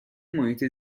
محیط